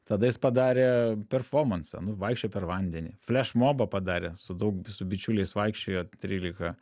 tada jis padarė performansą nu vaikščiojo per vandenį flešmobą padarė su daug su bičiuliais vaikščiojo trylika